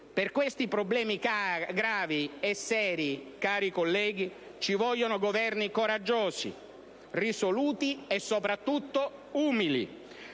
Per questi problemi gravi e seri, cari colleghi, ci vogliono Governi coraggiosi, risoluti e, soprattutto, umili;